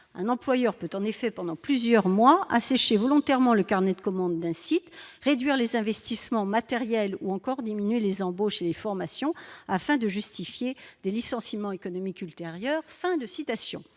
un employeur peut en effet pendant plusieurs mois, asséché volontairement le carnet de commandes d'un site, réduire les investissements matériels ou encore diminuer les embaucher formation afin de justifier des licenciements économiques ultérieure,